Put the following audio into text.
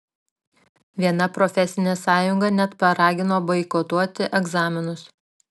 viena profesinė sąjunga net paragino boikotuoti egzaminus